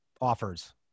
offers